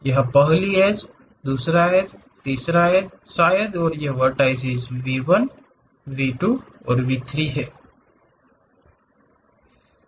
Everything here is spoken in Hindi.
यह पहली एड्ज दूसरा एड्ज तीसरा एड्ज शायद वेरटीएस V 1 V 2 और V 3 है